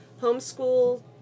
homeschool